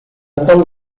some